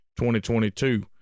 2022